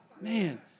Man